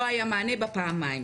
א היה מענה פעמיים,